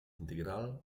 integral